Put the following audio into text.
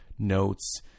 notes